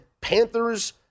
Panthers